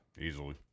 Easily